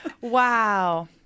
Wow